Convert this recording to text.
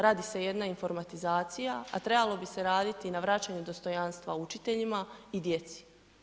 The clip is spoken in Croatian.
Radi se jedna informatizacija, a trebalo bi se raditi na vraćanju dostojanstva učiteljima i djeci.